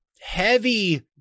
heavy